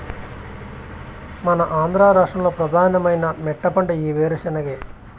మన ఆంధ్ర రాష్ట్రంలో ప్రధానమైన మెట్టపంట ఈ ఏరుశెనగే